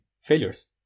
failures